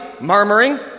murmuring